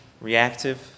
Reactive